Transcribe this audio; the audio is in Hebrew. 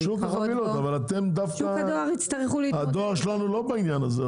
שוק החבילות אבל הדואר שלנו בעניין הזה.